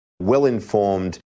well-informed